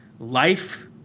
Life